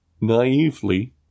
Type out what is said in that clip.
naively